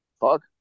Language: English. fuck